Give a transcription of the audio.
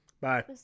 Bye